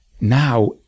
now